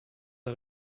een